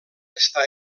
està